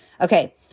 okay